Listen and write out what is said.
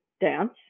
dance